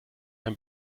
ein